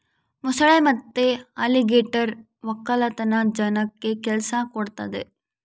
ಮೊಸಳೆ ಮತ್ತೆ ಅಲಿಗೇಟರ್ ವಕ್ಕಲತನ ಜನಕ್ಕ ಕೆಲ್ಸ ಕೊಡ್ತದೆ